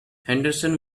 henderson